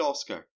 Oscar